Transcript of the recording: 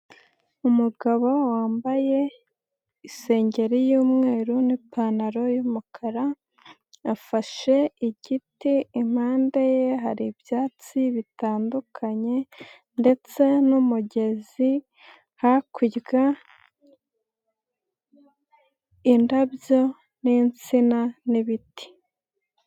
Umugabo wambaye isengeri y'umweru n'ipantaro y'umukara, afashe igiti, impande ye hari ibyatsi bitandukanye ndetse n'umugezi, hakurya indabyo n'insina n'ibiti.